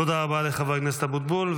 תודה רבה לחבר הכנסת אבוטבול.